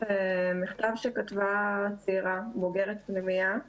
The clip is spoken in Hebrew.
מכתב שכתבה צעירה בוגרת פנימייה,